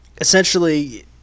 Essentially